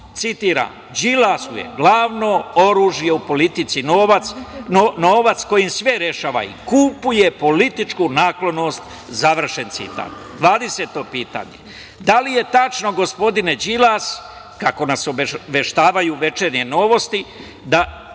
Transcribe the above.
citiram: „Đilasu je glavno oruđe u polici novac kojim sve rešava i kupuje političku naklonost“, završen citat. Pitanje 20. - da li je tačno, gospodine Đilas, kako nas obaveštavaju „Večernje Novosti“ da